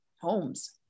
homes